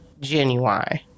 genuine